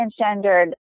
transgendered